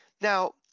Now